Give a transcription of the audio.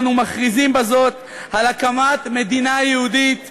אנו מכריזים בזאת על הקמת מדינה יהודית בארץ-ישראל,